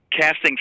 casting